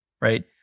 right